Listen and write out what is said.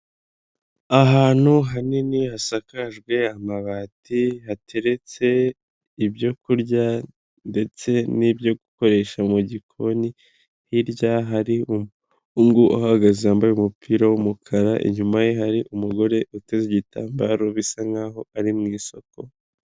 Ahantu hanini hasakajwe amabati hateretse ibyo kurya, ndetse n'ibyo gukoresha mu gikoni hirya hari umuhungu uhagaze yambaye umupira w'umukara, inyuma ye hari umugore uteze igitambaro bisa nkaho ari mu isoko.